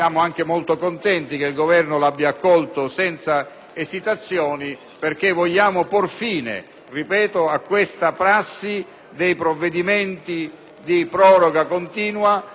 ripeto - alla prassi dei provvedimenti di proroga continua, che determinano incertezza del diritto e anche una certa conflittualità sociale.